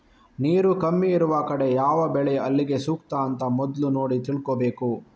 ನೀರು ಕಮ್ಮಿ ಇರುವ ಕಡೆ ಯಾವ ಬೆಳೆ ಅಲ್ಲಿಗೆ ಸೂಕ್ತ ಅಂತ ಮೊದ್ಲು ನೋಡಿ ತಿಳ್ಕೋಬೇಕು